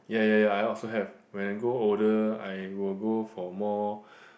ya ya ya I also have when I grow older I will go for more